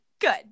good